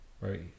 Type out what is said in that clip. right